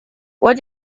what